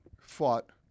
fought